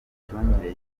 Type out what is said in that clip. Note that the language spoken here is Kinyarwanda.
micungire